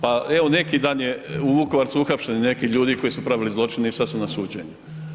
Pa evo neki dan je u Vukovaru su uhapšeni neki ljudi koji su pravili zločine i sad su na suđenju.